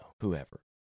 whoever